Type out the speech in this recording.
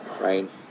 right